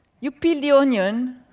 you peel the onion.